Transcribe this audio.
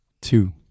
Two